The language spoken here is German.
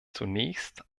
zunächst